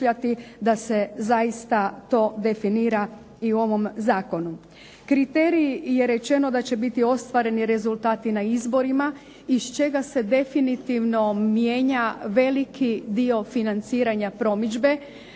da se zaista to definira i u ovom zakonu. Kriterij je rečeno da će biti ostvareni rezultati na izborima iz čega se definitivno mijenja veliki dio financiranja promidžbe.